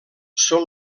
són